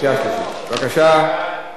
קריאה שלישית.